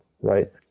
right